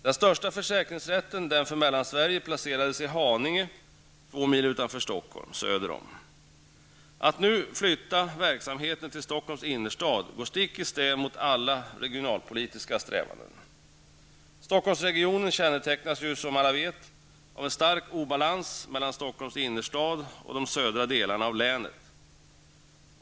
Den största försäkringsrätten -- den för Mellansverige -- Att nu flytta verksamheten till Stockholms innerstad går stick i stäv med alla regionalpolitiska strävanden. Stockholmsregionen kännetecknas som alla vet av en stark obalans mellan Stockholms innerstad och de södra delarna av länet.